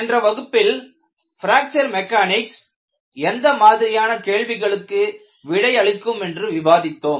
சென்ற வகுப்பில் fracture mechanics எந்த மாதிரியான கேள்விகளுக்கு விடை அளிக்கும் என்று விவாதித்தோம்